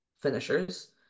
finishers